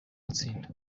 gutsinda